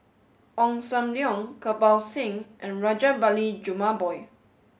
Ong Sam Leong Kirpal Singh and Rajabali Jumabhoy